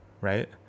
right